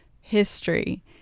history